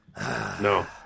No